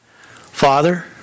Father